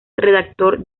redactor